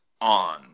on